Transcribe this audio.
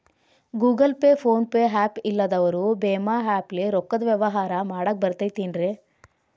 Google Pay, PhonePe app ಇಲ್ಲದವರು ಭೇಮಾ app ಲೇ ರೊಕ್ಕದ ವ್ಯವಹಾರ ಮಾಡಾಕ್ ಬರತೈತೇನ್ರೇ?